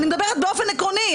אני מדברת באופן עקרוני.